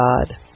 God